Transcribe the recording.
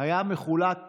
היה מחולק